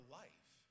life